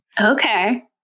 okay